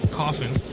coffin